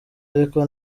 ariko